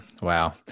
Wow